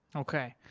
okay.